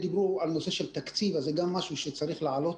דיברו על הנושא של תקציב זה משהו שצריך להיכנס